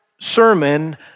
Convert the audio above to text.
sermon